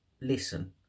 listen